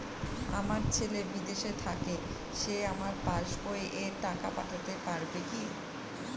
আমার ছেলে বিদেশে থাকে সে আমার পাসবই এ টাকা পাঠাতে পারবে কি?